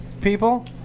people